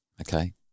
okay